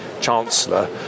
chancellor